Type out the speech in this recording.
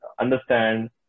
understand